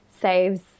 saves